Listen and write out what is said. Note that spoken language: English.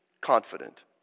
confident